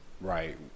right